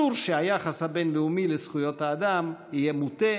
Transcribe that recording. אסור שהיחס הבין-לאומי לזכויות האדם יהיה מוטה,